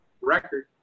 record